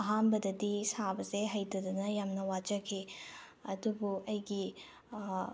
ꯑꯍꯥꯟꯕꯗꯗꯤ ꯁꯥꯕꯁꯦ ꯍꯩꯇꯗꯅ ꯌꯥꯝꯅ ꯋꯥꯖꯈꯤ ꯑꯗꯨꯕꯨ ꯑꯩꯒꯤ